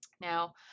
Now